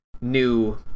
new